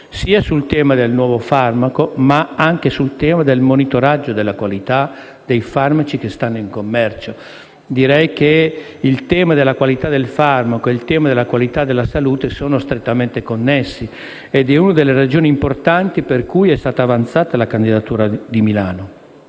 sia sul tema del nuovo farmaco che sul tema del monitoraggio della qualità dei farmaci presenti in commercio. I temi della qualità del farmaco e della qualità della salute sono strettamente connessi e sono una delle ragioni importanti per cui è stata avanzata la candidatura di Milano.